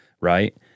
right